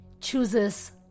chooses